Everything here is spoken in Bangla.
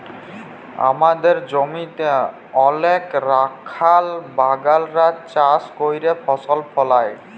আমাদের জমিতে অলেক রাখাল বাগালরা চাষ ক্যইরে ফসল ফলায়